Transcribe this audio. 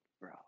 bro